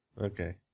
Okay